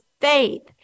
faith